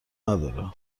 نداره